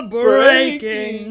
BREAKING